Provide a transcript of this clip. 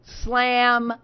slam